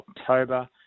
October